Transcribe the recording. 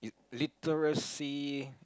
literacy